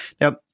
Now